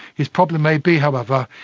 his problem may be, however,